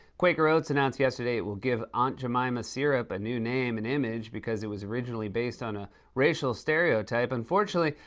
quaker oats announced yesterday it will give aunt jemima syrup a new name and image because it was originally based on a racial stereotype. unfortunately,